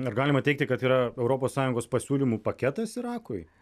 ar galima teigti kad yra europos sąjungos pasiūlymų paketas irakui